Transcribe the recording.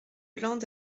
lande